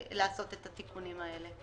לעשות את התיקונים האלה.